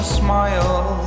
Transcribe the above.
smile